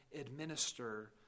administer